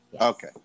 Okay